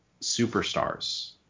superstars